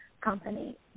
company